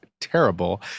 terrible